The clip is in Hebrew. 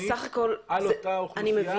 על אותה האוכלוסייה שגם תורמת להם אני מבינה,